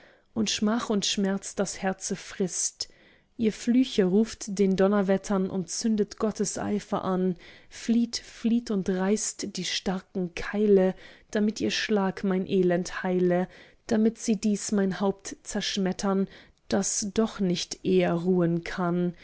und schmach und schmerz das herze frißt ihr flüche ruft den donnerwettern und zündet gottes eifer an flieht flieht und reizt die starken keile damit ihr schlag mein elend heile damit sie dies mein haupt zerschmettern das doch nicht eher ruhen kann